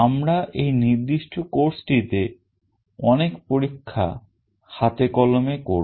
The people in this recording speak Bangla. আমরা এই নির্দিষ্ট কোর্সটিতে অনেক পরীক্ষা হাতে কলমে করব